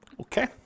Okay